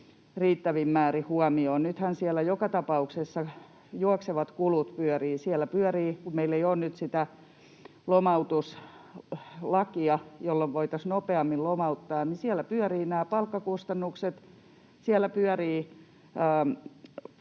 riittävin määrin huomioon. Nythän siellä joka tapauksessa juoksevat kulut pyörivät. Kun meillä ei ole nyt sitä lomautuslakia, jolloin voitaisiin nopeammin lomauttaa, niin siellä pyörivät nämä palkkakustannukset, siellä pyörivät